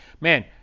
man